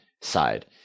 side